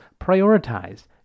prioritize